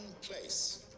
place